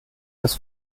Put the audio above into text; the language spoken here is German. des